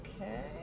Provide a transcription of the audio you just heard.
Okay